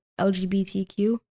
LGBTQ